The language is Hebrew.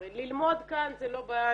הרי ללמוד כאן זה לא בעיה,